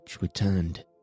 returned